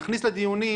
נכניס לדיונים,